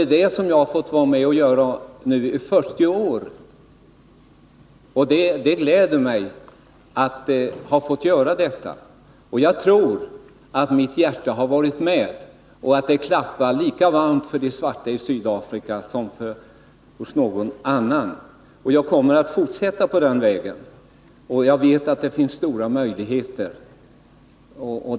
Det har jag fått vara med och göra i 40 år, och det gläder mig. Jag tror att mitt hjärta har varit med och att det klappar lika varmt för de svarta i Sydafrika som någon annans. Jag kommer att fortsätta på den vägen.